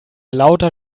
lauter